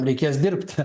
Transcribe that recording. reikės dirbt